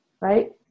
right